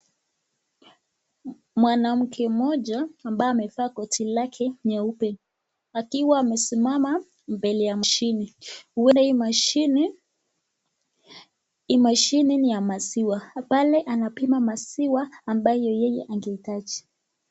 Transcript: Mwanamke mmoja ambaye amevaa koti lake nyeupe akiwa amesimama mbele ya mashine huenda hii mashine ni ya maziwa. Pale anapima maziwa ambayo yeye angehitaji.